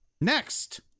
next